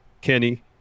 Kenny